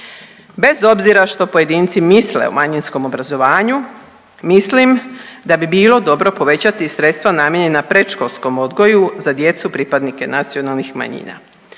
Bez obzira što pojedinci misle o manjinskom obrazovanju, mislim da bi bilo dobro povećati sredstva namijenjena predškolskom odgoju za djecu pripadnike nacionalnih manjina.